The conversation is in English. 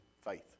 faith